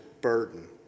burden